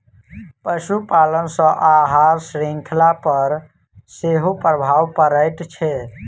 पशुपालन सॅ आहार शृंखला पर सेहो प्रभाव पड़ैत छै